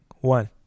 One